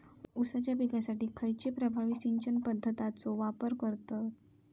ऊसाच्या पिकासाठी खैयची प्रभावी सिंचन पद्धताचो वापर करतत?